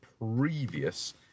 Previous